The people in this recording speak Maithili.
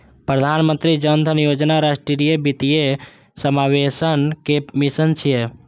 प्रधानमंत्री जन धन योजना राष्ट्रीय वित्तीय समावेशनक मिशन छियै